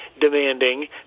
demanding